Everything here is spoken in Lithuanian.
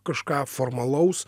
kažką formalaus